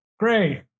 Great